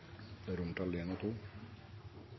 næringslivet. Det er en